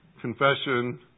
confession